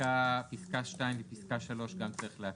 פסקה 2 ופסקה 3 גם צריך להקריא.